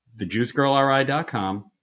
thejuicegirlri.com